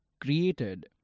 created